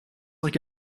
like